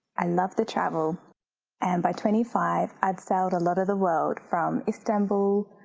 i loved the travel and by twenty five i'd sailed a lot of the world, from istanbul,